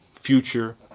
future